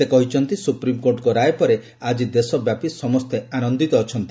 ସେ କହିଛନ୍ତି ସୁପ୍ରିମକୋର୍ଟଙ୍କ ରାୟ ପରେ ଆଳି ଦେଶବ୍ୟାପୀ ସମସ୍ତେ ଆନନ୍ଦିତ ଅଛନ୍ତି